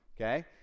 okay